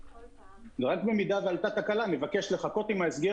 רק אם עלתה תקלה נבקש לחכות עם ההסגר